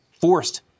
forced